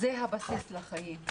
הבסיס לחיים.